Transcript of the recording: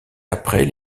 après